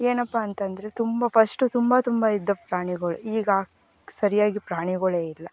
ಏನಪ್ಪಾ ಅಂತಂದರೆ ತುಂಬ ಫಸ್ಟು ತುಂಬ ತುಂಬ ಇದ್ದ ಪ್ರಾಣಿಗಳು ಈಗ ಸರಿಯಾಗಿ ಪ್ರಾಣಿಗಳೇ ಇಲ್ಲ